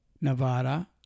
Nevada